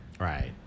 Right